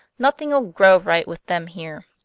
nothing'll grow right with them here.